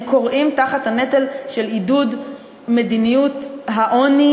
הם כורעים תחת הנטל של עידוד מדיניות העוני